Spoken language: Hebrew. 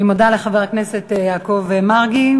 אני מודה לחבר הכנסת יעקב מרגי,